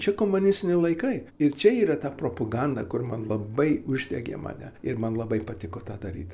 čia komunistiniai laikai ir čia yra ta propaganda kur man labai uždegė mane ir man labai patiko tą daryt